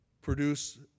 produce